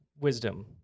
wisdom